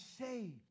saved